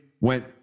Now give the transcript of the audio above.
went